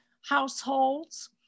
households